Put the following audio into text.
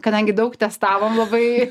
kadangi daug testavom labai